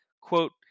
Quote